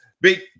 big